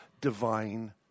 divine